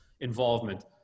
involvement